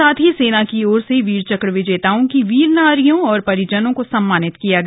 साथ ही सेना की ओर से वीर चक्र विजेताओं की वीर नारियों और परिजनों को सम्मानित किया गया